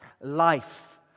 life